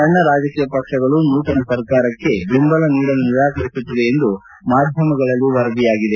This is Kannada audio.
ಸಣ್ಣ ರಾಜಕೀಯ ಪಕ್ಷಗಳು ನೂತನ ಸರ್ಕಾರಕ್ಕೆ ಬೆಂಬಲ ನೀಡಲು ನಿರಾಕರಿಸುತ್ತಿವೆ ಎಂದು ಮಾಧ್ಯಮಗಳಲ್ಲಿ ವರದಿಯಾಗಿದೆ